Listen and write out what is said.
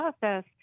process